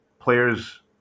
players